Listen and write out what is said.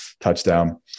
touchdown